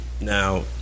Now